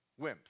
wimps